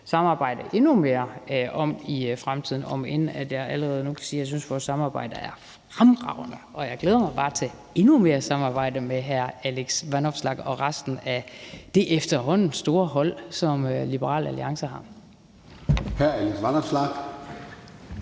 samarbejde endnu mere om i fremtiden, om end jeg allerede nu kan sige, at jeg synes, vores samarbejde er fremragende, og at jeg bare glæder mig til endnu mere samarbejde med hr. Alex Vanopslagh og resten af det efterhånden store hold, som Liberal Alliance har.